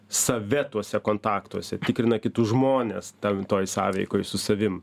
save tuose kontaktuose tikrina kitus žmones tam toj sąveikoj su savim